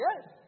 yes